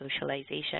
socialization